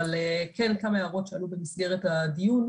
אבל כן כמה הערות שעלו במסגרת הדיון.